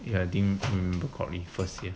you are adding because the first year